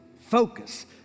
focus